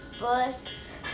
books